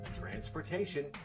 transportation